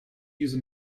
use